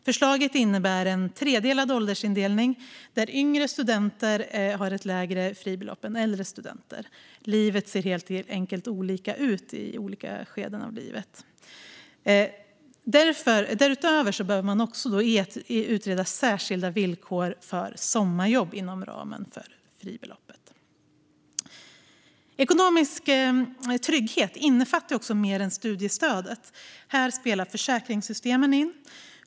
Förslaget innebär en tredelad åldersindelning där yngre studenter har ett lägre fribelopp än äldre studenter. Förhållandena ser helt enkelt olika ut i olika skeden av livet. Därutöver bör man också utreda särskilda villkor för sommarjobb inom ramen för fribeloppet. Ekonomisk trygghet innefattar mer än studiestödet. Här spelar försäkringssystemen in.